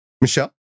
Michelle